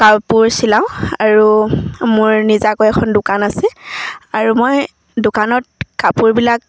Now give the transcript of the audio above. কাপোৰ চিলাওঁ আৰু মোৰ নিজাকৈ এখন দোকান আছে আৰু মই দোকানত কাপোৰবিলাক